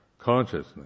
consciousness